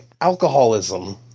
alcoholism